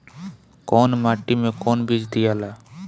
कौन माटी मे कौन बीज दियाला?